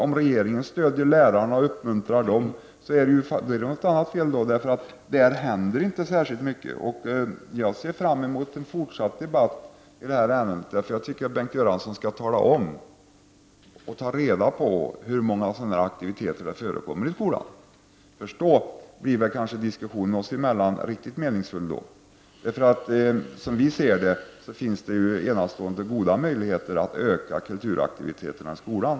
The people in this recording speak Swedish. Om regeringen stöder lärarna och uppmuntrar dem måste det vara något annat fel, för det händer ju inte särskilt mycket. Jag ser fram emot en fortsatt debatt i det här ärendet. Jag tycker att Bengt Göransson skall ta reda på och tala om hur många sådana aktiviteter det förekommer i skolan. Först då blir diskussionen oss emellan riktigt meningsfull. Som vi ser det finns det enastående goda möjligheter att öka kulturaktiviteten i skolan.